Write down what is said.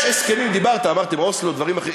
יש הסכמים, דיברת, אמרתם: אוסלו, דברים אחרים.